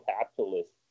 capitalists